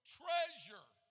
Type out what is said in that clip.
treasure